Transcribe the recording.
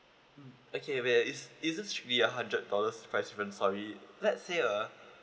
mm okay where is it's actually a hundred dollars price difference sorry let's say uh